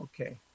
Okay